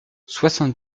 soixante